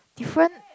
different